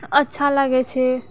अच्छा लागै छै